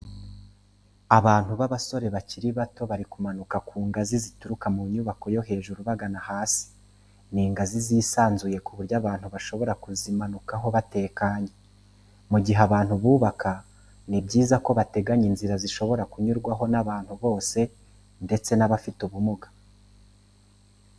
Abantu b'abasore bakiri bato bari kumanuka ku ngazi zituruka mu nyubako yo hejuru bagana hasi, ni ingazi zisanzuye ku buryo abantu bashobora kuzimanukaho batekanye. Mu gihe abantu bubaka ni byiza ko bateganya inzira zishobora kunyurwaho n'abantu bose ndetse n'abafite ubumuga.